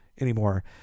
anymore